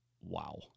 wow